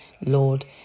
Lord